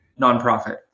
nonprofit